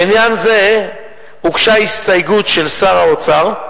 לעניין זה הוגשה הסתייגות של שר האוצר,